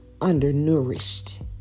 undernourished